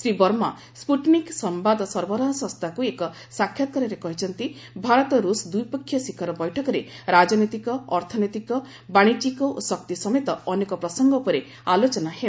Shri Verma Sputnik ସମ୍ଭାଦ ସରବରାହ ସଂସ୍ଥାକୁ ଏକ ସାକ୍ଷାତକାରରେ କହିଛନ୍ତି ଭାରତ ରୁଷ୍ ଦ୍ୱିପକ୍ଷୀୟ ଶିଖର ବୈଠକରେ ରାଜନୈତିକ ଅର୍ଥନୈତିକ ବାଣିଜ୍ୟିକ ଓ ଶକ୍ତି ସମେତ ଅନେକ ପ୍ରସଙ୍ଗ ଉପରେ ଆଲୋଚନା ହେବ